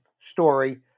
story